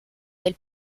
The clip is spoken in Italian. del